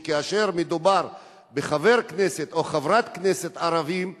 שכאשר מדובר בחבר כנסת או חברת כנסת ערבים,